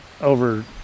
over